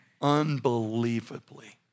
unbelievably